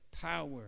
power